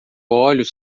olhos